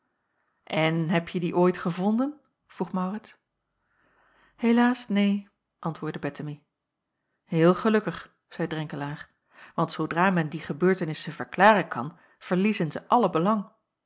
en hebje die ooit gevonden vroeg maurits helaas neen antwoordde bettemie heel gelukkig zeî drenkelaer want zoodra men die gebeurtenissen verklaren kan verliezen zij alle